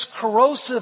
corrosive